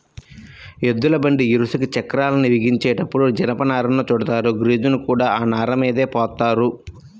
ఎద్దుల బండి ఇరుసుకి చక్రాల్ని బిగించేటప్పుడు జనపనారను చుడతారు, గ్రీజుని కూడా ఆ నారమీద పోత్తారు